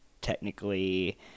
technically